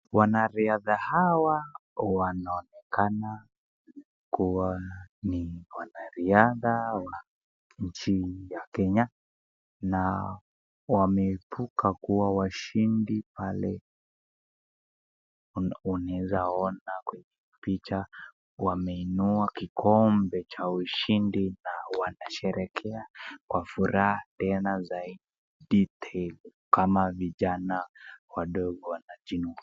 Wanariadha hawa wanaonekana kuwa ni wanariasha wa nchini ya kenya na wameibuka kuwa washindi. Pale unaweza ona kwenye picha wameinua kikombe cha ushindi na wanasherehekea kwa furaha tena zaidi tele kama vijana wadogo wanatimu.